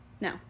No